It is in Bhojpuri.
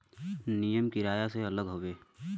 नियम किराया से अलग हउवे